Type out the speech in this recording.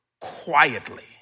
quietly